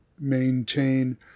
maintain